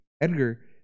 Edgar